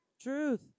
Truth